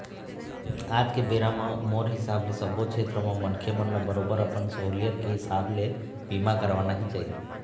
आज के बेरा म मोर हिसाब ले सब्बो छेत्र म मनखे मन ल बरोबर अपन सहूलियत के हिसाब ले बीमा करवाना ही चाही